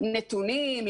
נתונים,